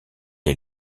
est